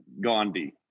Gandhi